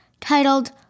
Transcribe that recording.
titled